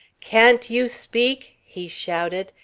can't you speak? he shouted.